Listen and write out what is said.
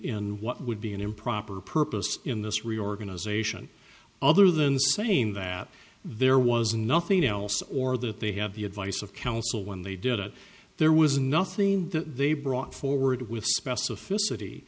what would be an improper purpose in this reorganization other than saying that there was nothing else or that they have the advice of counsel when they did it there was nothing that they brought forward with specificity